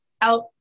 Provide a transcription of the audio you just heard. out